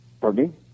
Pardon